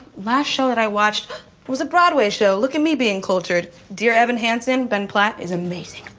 last show that i watched was a broadway show, look at me being cultured. dear evan hansen, ben platt is amazing.